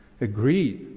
agreed